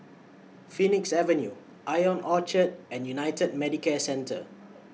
Phoenix Avenue Ion Orchard and United Medicare Centre